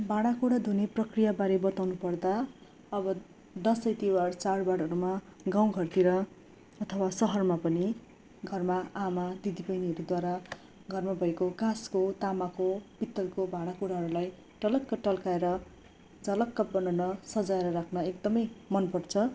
भाँडा कुँडा धुने प्रक्रियाबारे बताउनु पर्दा अब दसैँ तिहार चाड बाडहरूमा गाउँ घरतिर अथवा सहरमा पनि घरमा आमा दिदी बहिनीहरूद्वारा घरमा भएको काँसको तामाको पित्तलको भाँडा कुँडाहरूलाई टलक्क टल्काएर झलक्क बनाएर सजाएर राख्न एकदमै मन पर्छ